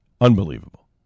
Unbelievable